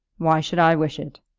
why should i wish it?